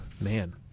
man